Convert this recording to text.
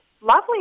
lovely